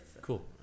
cool